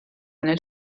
nel